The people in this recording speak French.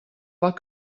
pas